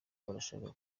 barashaka